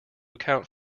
account